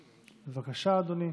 בבקשה, אדוני.